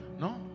No